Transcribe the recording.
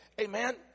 Amen